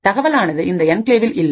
தகவலானது இந்த என்கிளேவில் இல்லை